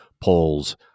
polls